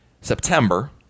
September